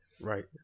Right